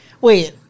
Wait